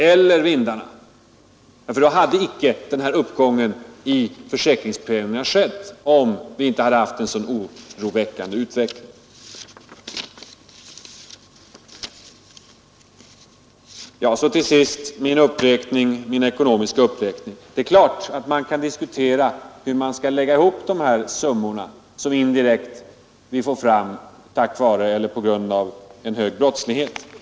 Om vi inte haft en så oroväckande utveckling, hade inte uppgången i försäkringspremierna skett. Till sist vill jag säga något om min ekonomiska uppräkning. Det är klart att man kan diskutera hur skall de summor läggas ihop som vi indirekt får fram på grund av en hög brottslighet.